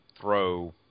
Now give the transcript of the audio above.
throw